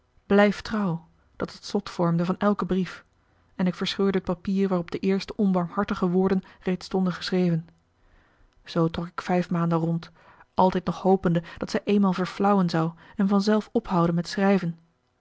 blijf trouw dat het slot vormde van elken brief en ik verscheurde het papier waarop de eerste onbarmhartige woorden reeds stonden geschreven zoo trok ik vijf maanden rond altijd nog hopende dat zij eenmaal verflauwen zou en vanzelf ophouden met schrijven